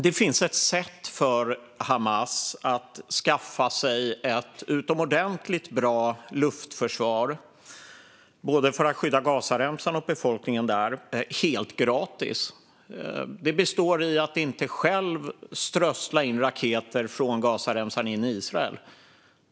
Det finns ett sätt för Hamas att skaffa sig ett utomordentligt bra luftförsvar för att skydda både Gazaremsan och befolkningen där, helt gratis. Det består i att inte själv strössla in raketer från Gazaremsan in i Israel.